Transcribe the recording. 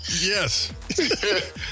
Yes